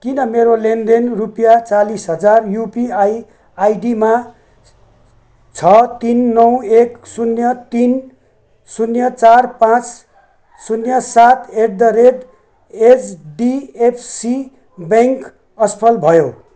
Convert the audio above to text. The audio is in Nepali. किन मेरो लेनदेन रुपियाँ चालिस हजार युपिआई आइडीमा छ तिन नौ एक शून्य तिन शून्य चार पाँच शून्य सात एटदरेट एचडिएफसी ब्याङ्क असफल भयो